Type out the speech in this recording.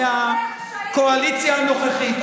מהקואליציה הנוכחית.